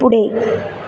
पुढे